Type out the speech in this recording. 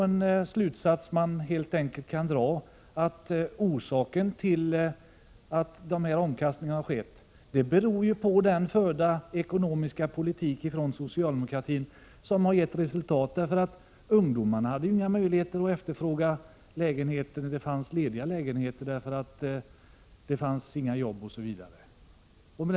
En slutsats som man kan dra är att orsaken till den omkastning som har skett och som skapat problem är att den ekonomiska politik som socialdemokraterna fört har givit resultat. Ungdomarna hade tidigare, när det fanns lediga lägenheter, inga möjligheter att efterfråga dessa, eftersom det inte fanns några jobb för dem osv.